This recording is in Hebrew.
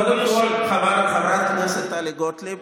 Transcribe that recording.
קודם כול, חברת הכנסת טלי גוטליב,